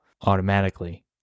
automatically